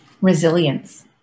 Resilience